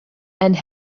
and